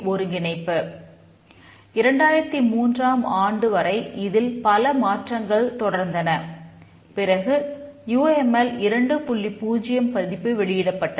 0 பதிப்பு வெளியிடப்பட்டது